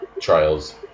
Trials